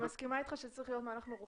אני מסכימה איתך שצריך להיות מהלך מרוכז,